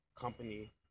company